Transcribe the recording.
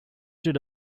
did